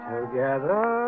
Together